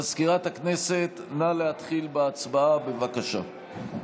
מזכירת הכנסת, נא להתחיל בהצבעה, בבקשה.